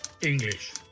English